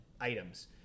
items